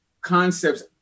concepts